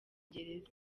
gereza